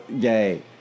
gay